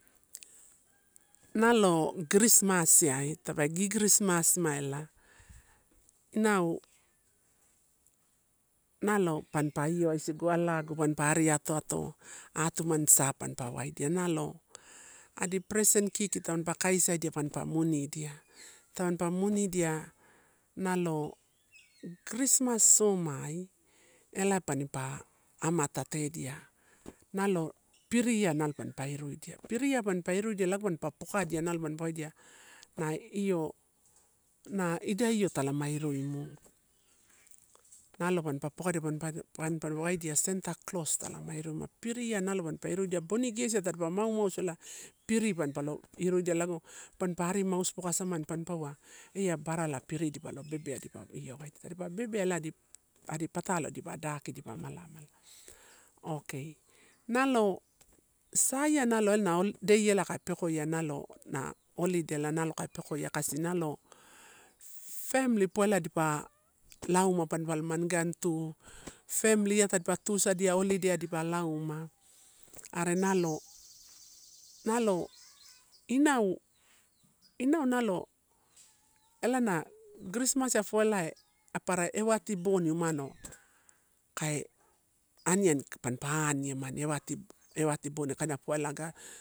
Nalo girismasiai, tape gigirismasiela inau nalo papalo ioua isigu alagu panpa ari ato ato, atumani sa mampa waidia nalo adi present kiki panipa kasaidia panpa munidia, tampa munidia nalo girismas somai ela panipa amatatedia, nalo piri a nalo mampa iruidia, piriai mampa iruidia lago nalo mampa pokadia, nalo mampa waidia na santa cols talama irudia, piria nalo mampa iruidia. Bonigesi tadadiap maumausu ela piri panpa lo iruida, pampa ari musu poka isamani, pampaua eia baralo piri dipa lo bebea dipa iowaidia, tadipa bebea adi patalo dipa daki dipa malama. Okay nalo saiai nalo ela na holiday ela kou pekoia nalo na holiday kasi na family poa dipa lauma mamplama igaini tu family iai tusadia holiday depapaula, are nalo, nalo inau, inau nalo ela na girimasia poa ela, elae apara ewati boni kai aniani pampa aniemana kaina ewati ewati boni kaina poa ga.